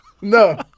No